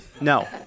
no